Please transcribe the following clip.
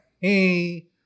Hey